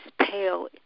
pale